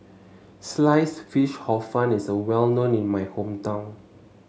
Sliced Fish Hor Fun is well known in my hometown